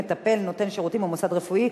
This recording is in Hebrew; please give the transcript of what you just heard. איסור התקשרות בגין פערי שכר),